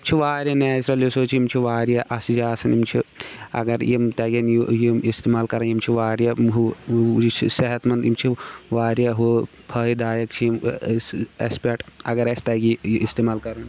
چھِ واریاہ natural resources چھِ یِم چھِ واریاہ اَصٕل آسان یِم چھِ اَگر یِم تَگن یِم اِستعمال کَرٕنۍ یِم چھِ واریاہ ہُہ یہِ چھِ صحت منٛد یِم چھِ یِم واریاہ ہہ فٲیدایک چھِ یِم اَسہِ پٮ۪ٹھ اَگر اَسہِ تَگہِ یہِ اِستعمال کَرُن